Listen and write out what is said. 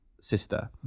sister